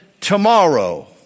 tomorrow